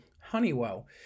Honeywell